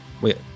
Wait